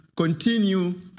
Continue